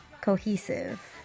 cohesive